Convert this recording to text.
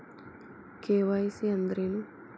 KYC ಅಂದ್ರೇನು?